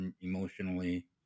emotionally